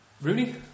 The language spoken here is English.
Rooney